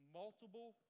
multiple